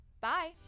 Bye